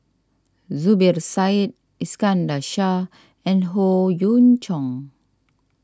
Zubir Said Iskandar Shah and Howe Yoon Chong